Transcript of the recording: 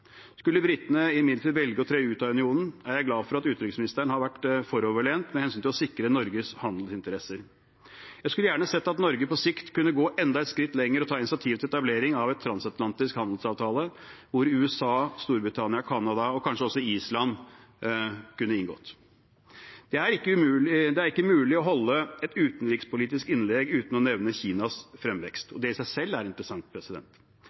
Skulle britene imidlertid velge å tre ut av unionen, er jeg glad for at utenriksministeren har vært foroverlent med hensyn til å sikre Norges handelsinteresser. Jeg skulle gjerne sett at Norge på sikt kunne gå enda et skritt lenger og ta initiativ til etablering av en transatlantisk handelsavtale hvor USA, Storbritannia, Canada og kanskje også Island kunne ha inngått. Det er ikke mulig å holde et utenrikspolitisk innlegg uten å nevne Kinas fremvekst, og det i seg selv er interessant.